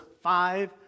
five